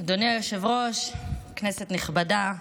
אדוני היושב-ראש, כנסת נכבדה,